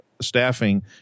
staffing